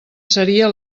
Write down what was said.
seria